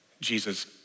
Jesus